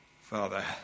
Father